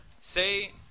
say